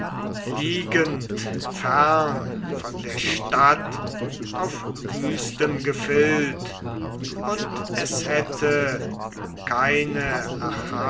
liegend fern von der stadt auf wüstem gefild und es hätte keine